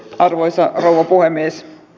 arvoisa rouva puhemies